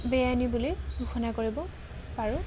বেআইনী বুলি ঘোষণা কৰিব পাৰোঁ